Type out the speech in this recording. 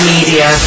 Media